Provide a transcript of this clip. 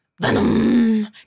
Venom